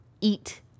eat